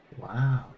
Wow